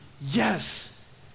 Yes